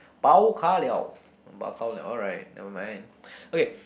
bao ka liao bao ka liao alright nevermind